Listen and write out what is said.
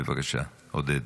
בבקשה, עודד.